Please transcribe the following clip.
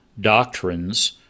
doctrines